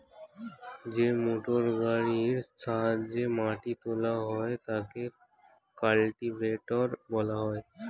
যে মোটরগাড়ির সাহায্যে মাটি তোলা হয় তাকে কাল্টিভেটর বলা হয়